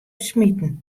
smiten